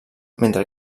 mentre